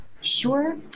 Sure